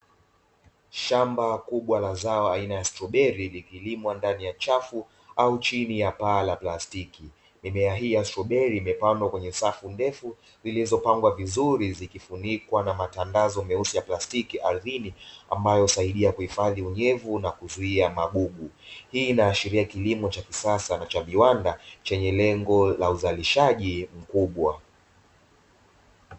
Shamba kubwa la zao aina ya stroberi, likilimwa ndani ya chafu au chini ya paa la plastiki. Mimea hii ya stroberi imepandwa kwenye safu ndefu zilizopangwa vizuri, zikifunikwa na matandazo meusi ya plastiki ardhini. Ambayo husaidia kuhifadhi unyevu na kuzuia magubu, hii inaashiria kilimo cha kisasa na cha viwada chenye lengo la uzalishaji mkubwa.